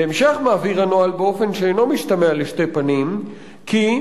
בהמשך מבהיר הנוהל באופן שאינו משתמע לשתי פנים כי,